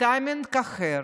בטיימינג אחר,